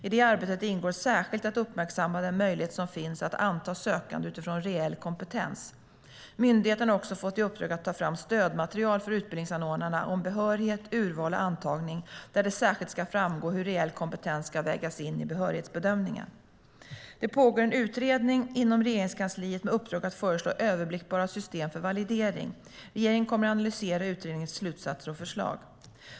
I det arbetet ingår särskilt att uppmärksamma den möjlighet som finns att anta sökande utifrån reell kompetens. Myndigheten har också fått i uppdrag att ta fram stödmaterial för utbildningsanordnarna om behörighet, urval och antagning där det särskilt ska framgå hur reell kompetens ska vägas in i behörighetsbedömningen. Det pågår en utredning inom Regeringskansliet med uppdrag att föreslå överblickbara system för validering. Regeringen kommer att analysera utredningens slutsatser och förslag.